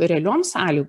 realiom sąlygom